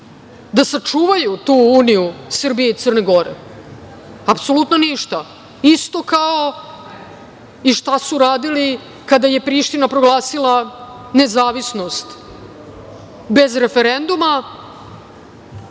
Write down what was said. da sačuvaju tu uniju Srbije i Crne Gore? Apsolutno ništa. Isto kao i šta su radili kada je Priština proglasila nezavisnost bez referenduma,